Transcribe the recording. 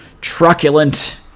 truculent